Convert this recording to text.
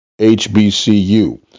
HBCU